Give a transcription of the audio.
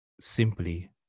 simply